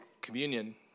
communion